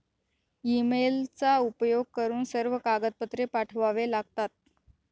ईमेलचा उपयोग करून सर्व कागदपत्रे पाठवावे लागतात